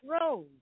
road